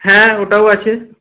হ্যাঁ ওটাও আছে